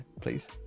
Please